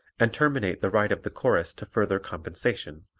and terminate the right of the chorus to further compensation,